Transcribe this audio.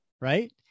Right